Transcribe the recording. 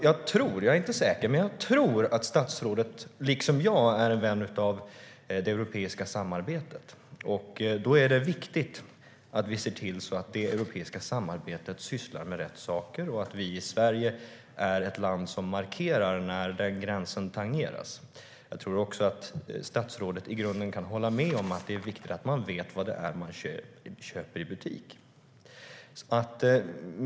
Jag tror, men jag är inte säker, att statsrådet liksom jag är en vän av det europeiska samarbetet. Då är det viktigt att vi ser till att det europeiska samarbetet sysslar med rätt saker och att vi i Sverige är ett land som markerar när den gränsen tangeras. Jag tror också att statsrådet i grunden kan hålla med om att det är viktigt att man vet vad man köper i butiken.